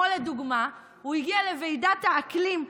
לדוגמה הוא הגיע לוועידת האקלים,